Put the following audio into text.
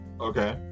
okay